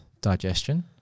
digestion